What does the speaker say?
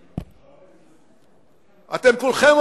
על פצ"ר,